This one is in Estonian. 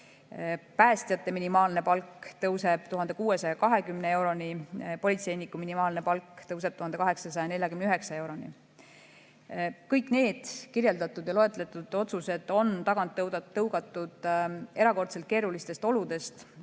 Päästjate minimaalne palk tõuseb 1620 euroni, politseinike minimaalne palk tõuseb 1849 euroni. Kõik need otsused on tagant tõugatud erakordselt keerulistest oludest,